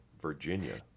virginia